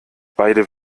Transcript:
beide